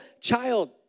child